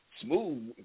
smooth